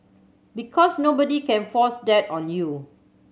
because nobody can force that on you